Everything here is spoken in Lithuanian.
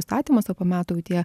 įstatymas o po metų jau tie